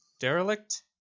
Derelict